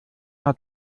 hat